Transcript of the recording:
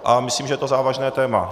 A myslím, že je to závažné téma.